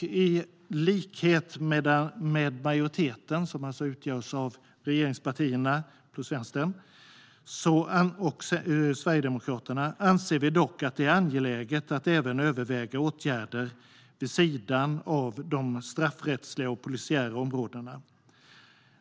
I likhet med majoriteten, som alltså utgörs av regeringspartierna plus Vänstern och Sverigedemokraterna, anser vi dock att det är angeläget att även överväga åtgärder vid sidan av de straffrättsliga och polisiära områdena.